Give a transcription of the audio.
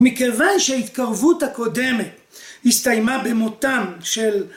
מכיוון שההתקרבות הקודמת הסתיימה במותם של